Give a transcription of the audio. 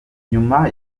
nyuma